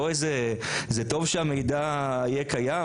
זה טוב שהמידע יהיה קיים,